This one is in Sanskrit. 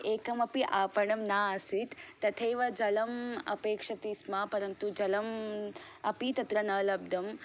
एकम् अपि आपणं न आसीत् तथैव जलं अपेक्षते स्म परन्तु जलं अपि तत्र न लब्घम्